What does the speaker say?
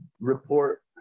report